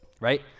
right